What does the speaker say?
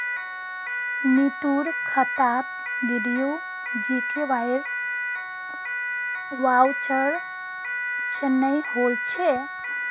नीतूर खातात डीडीयू जीकेवाईर वाउचर चनई होल छ